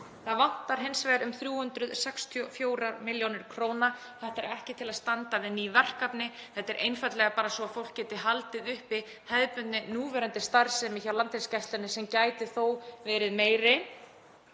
Það vantar hins vegar um 364 millj. kr. Þetta er ekki til að standa við ný verkefni. Þetta er einfaldlega bara svo að fólk geti haldið uppi hefðbundinni núverandi starfsemi hjá Landhelgisgæslunni, sem gæti þó verið meiri.